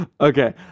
Okay